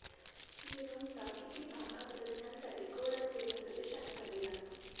जीनोमचा किती भाग हा प्रथिनांसाठी कोड असलेल्या प्रदेशांनी बनलेला असतो?